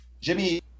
jimmy